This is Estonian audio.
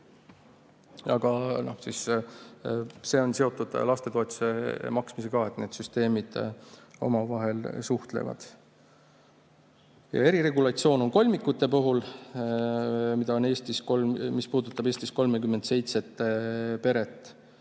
Aga see on seotud lastetoetuse maksmisega ja need süsteemid omavahel suhtlevad. Eriregulatsioon on kolmikute puhul. See puudutab Eestis 37 peret.